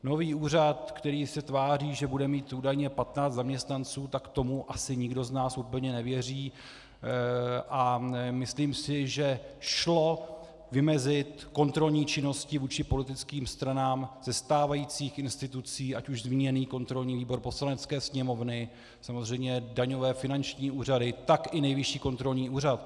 Nový úřad, který se tváří, že bude mít údajně 15 zaměstnanců, tak tomu asi nikdo z nás úplně nevěří, a myslím si, že šlo vymezit kontrolní činnosti vůči politickým stranám ze stávajících institucí, ať už zmíněný kontrolní výbor Poslanecké sněmovny, samozřejmě daňové a finanční úřady, tak i Nejvyšší kontrolní úřad.